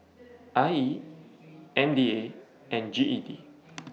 I E M D A and G E D